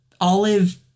olive